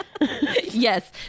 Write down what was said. Yes